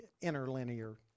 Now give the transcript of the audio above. interlinear